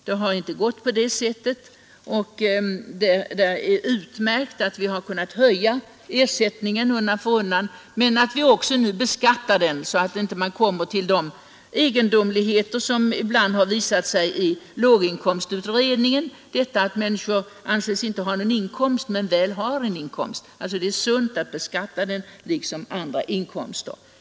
Det har inte gått på det sättet, och det är utmärkt att vi har kunnat höja ersättningen undan för undan men att vi nu också beskattar den, så att inte de egendomligheter uppstår som ibland har visat sig enligt låginkomstutredningens undersökningar. Jag syftar på detta att människor inte anses ha någon inkomst men väl har en inkomst. Det är alltså sunt att beskatta sjukpenningen liksom andra inkomster.